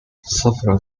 several